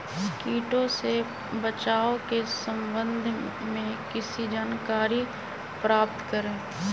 किटो से बचाव के सम्वन्ध में किसी जानकारी प्राप्त करें?